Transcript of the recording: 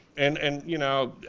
and and you know.